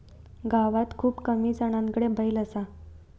गावात खूप कमी जणांकडे बैल असा